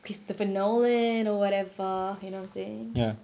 christopher nolan or whatever you know what I'm saying